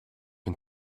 and